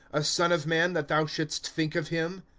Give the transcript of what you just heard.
a son of man, that thou shouldst think of him?